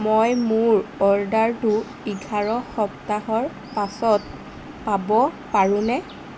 মই মোৰ অৰ্ডাৰটো এঘাৰ সপ্তাহৰ পাছত পাব পাৰোঁনে